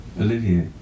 Olivia